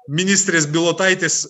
ministrės bilotaitės